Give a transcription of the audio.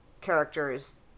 characters